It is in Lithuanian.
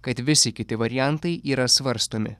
kad visi kiti variantai yra svarstomi